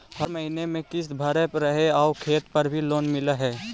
हर महीने में किस्त भरेपरहै आउ खेत पर भी लोन मिल है?